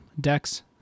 decks